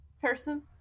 Person